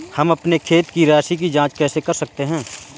हम अपने खाते की राशि की जाँच कैसे कर सकते हैं?